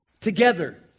together